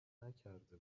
نکرده